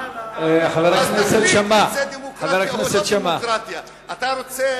אתה רוצה